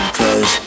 cause